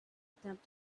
attempt